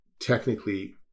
technically